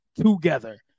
together